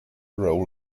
role